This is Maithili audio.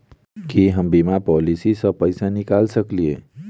की हम बीमा पॉलिसी सऽ पैसा निकाल सकलिये?